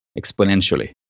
exponentially